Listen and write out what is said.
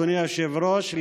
אדוני היושב-ראש,